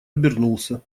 обернулся